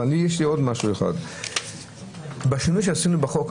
בשינוי שעשינו בחוק,